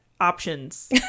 Options